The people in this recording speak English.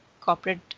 corporate